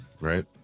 right